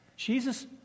Jesus